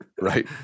right